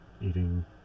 eating